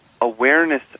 Awareness